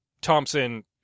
Thompson